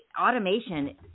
automation